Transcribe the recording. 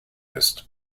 ist